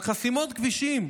על חסימות כבישים,